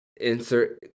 insert